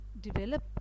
develop